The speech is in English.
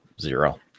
zero